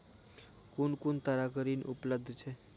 कून कून तरहक ऋण उपलब्ध छै?